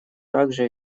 также